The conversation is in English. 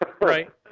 right